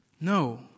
No